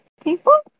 people